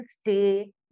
stay